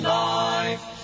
life